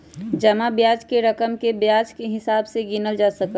जमा ब्याज के रकम के ब्याज के हिसाब से गिनल जा सका हई